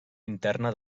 interna